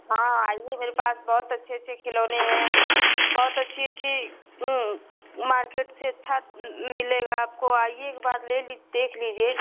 हाँ आइए मेरे पास बहुत अच्छे अच्छे खिलौने हैं बहुत अच्छी अच्छी मार्केट से अच्छा मिलेगा आपको आइए एक बार ले देख लीजिए